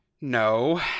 No